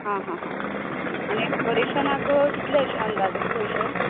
आ हा हा आनीक डेकोरेशनाक कितले अशें अदांजान पयशें